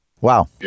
Wow